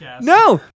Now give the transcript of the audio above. No